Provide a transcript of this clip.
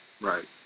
right